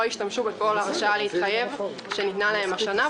לא השתמשו בכל ההרשאה להתחייב שניתנה להם השנה,